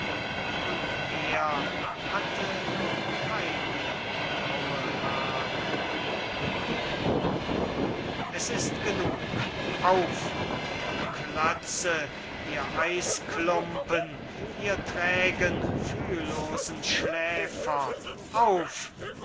und er hatte noch keine graue haare moor es ist genug auf ihr klötze ihr eisklumpen ihr träge fühllose schläfer auf